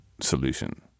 solution